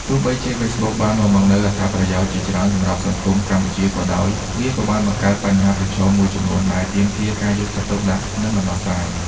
ទោះបីជា Facebook បាននាំមកនូវអត្ថប្រយោជន៍ជាច្រើនសម្រាប់សង្គមកម្ពុជាក៏ដោយ វាក៏បានបង្កើត បញ្ហាប្រឈម មួយចំនួនដែលទាមទារការយកចិត្តទុកដាក់ និងដំណោះស្រាយ។